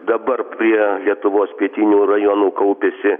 dabar prie lietuvos pietinių rajonų kaupiasi